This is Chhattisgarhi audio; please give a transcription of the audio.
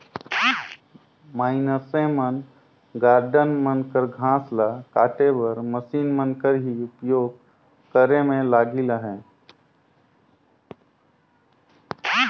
मइनसे मन गारडन मन कर घांस ल काटे बर मसीन मन कर ही उपियोग करे में लगिल अहें